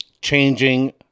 changing